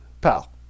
pal